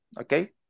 Okay